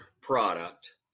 product